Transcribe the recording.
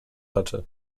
hatte